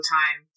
time